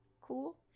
cool